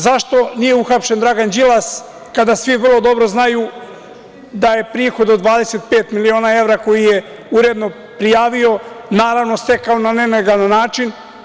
Zašto nije uhapšen Dragan Đilas, kada svi vrlo dobro znaju da je prihod od 25 miliona evra, koji je uredno prijavio, naravno stekao na nelegalan način?